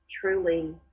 truly